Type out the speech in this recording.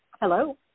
hello